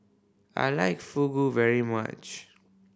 I like Fugu very much